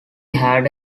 had